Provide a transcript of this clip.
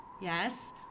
yes